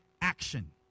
action